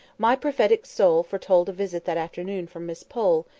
my prophetic soul foretold a visit that afternoon from miss pole,